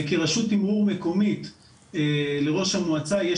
וכרשות ערעור מקומית לראש המועצה יש